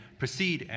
proceed